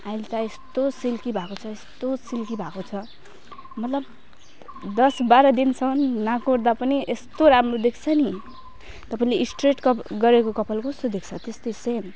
अहिले त यस्तो सिल्की भएको छ यस्तो सिल्की भएको छ मतलब दस बाह्र दिनसम्म नकोर्दा पनि यस्तो राम्रो देख्छ पनि तपाईँले स्ट्रेट कट गरेको कपाल कस्तो देख्छ त्यस्तै सेम